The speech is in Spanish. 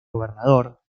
gobernador